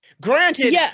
Granted